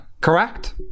Correct